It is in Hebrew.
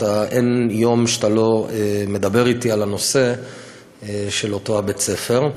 אין יום שאתה לא מדבר אתי על הנושא של אותו בית-ספר.